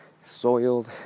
soiled